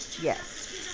Yes